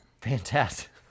fantastic